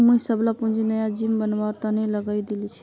मुई सबला पूंजी नया जिम बनवार तने लगइ दील छि